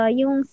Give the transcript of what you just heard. yung